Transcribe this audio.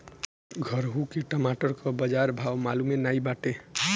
घुरहु के टमाटर कअ बजार भाव मलूमे नाइ बाटे